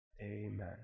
Amen